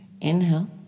inhale